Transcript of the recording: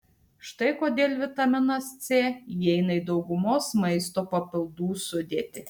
štai kodėl vitaminas c įeina į daugumos maisto papildų sudėtį